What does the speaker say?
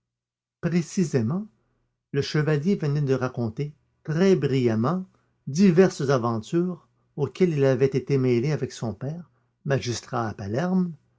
précisément le chevalier venait de raconter très brillamment diverses aventures auxquelles il avait été mêlé avec son père magistrat à palerme